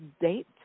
date